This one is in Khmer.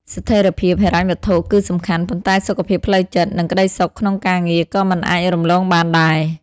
ស្ថិរភាពហិរញ្ញវត្ថុគឺសំខាន់ ប៉ុន្តែសុខភាពផ្លូវចិត្ត និងក្តីសុខក្នុងការងារក៏មិនអាចរំលងបានដែរ។